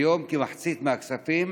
כיום כמחצית מהכספים